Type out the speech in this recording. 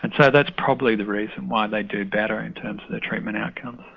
and so that's probably the reason why they do better in terms of their treatment outcomes.